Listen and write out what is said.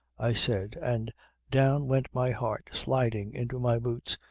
i said and down went my heart sliding into my boots,